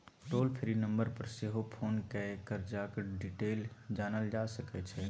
टोल free number पर सेहो phone कए करजाक डिटेल जानल जा सकै छै